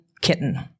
kitten